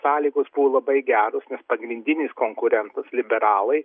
sąlygos buvo labai geros nes pagrindinis konkurentas liberalai